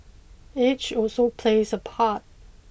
age also plays a part